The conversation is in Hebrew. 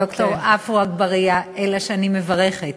ד"ר עפו אגבאריה, אלא שאני מברכת.